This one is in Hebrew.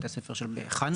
בתי הספר של חנוכה.